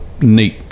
neat